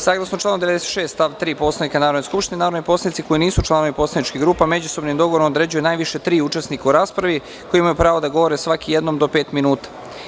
Saglasno članu 96. stav 3. Poslanika Narodne skupštine narodni poslanici koji nisu članovi poslaničkih grupa međusobnim dogovorom određuju najviše tri učesnika u raspravi koji imaju pravo da govore svaki jednom do pet minuta.